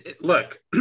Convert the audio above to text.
Look